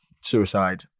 suicide